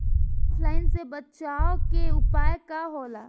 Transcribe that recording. ऑफलाइनसे बचाव के उपाय का होला?